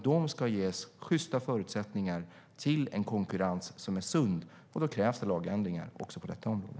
De ska ges sjysta förutsättningar till sund konkurrens, och då krävs det lagändringar också på detta område.